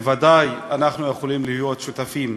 בוודאי אנחנו יכולים להיות שותפים.